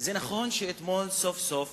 זה נכון שאתמול סוף-סוף